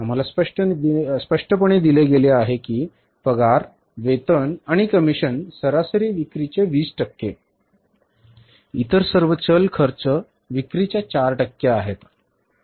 आम्हाला स्पष्टपणे दिले गेले आहे की पगार वेतन आणि कमिशन सरासरी विक्रीचे 20 टक्के इतर सर्व चल खर्च विक्रीच्या 4 टक्के आहेत बरोबर